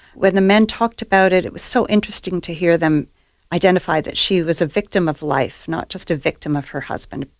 when the men talked about it it was so interesting to hear them identify that she was a victim of life, not just a victim of her husband.